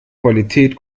qualität